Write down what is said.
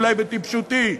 אולי בטיפשותי,